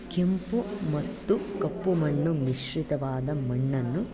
ಕೆಂಪು ಮತ್ತು ಕಪ್ಪು ಮಣ್ಣು ಮಿಶ್ರಿತವಾದ ಮಣ್ಣನ್ನು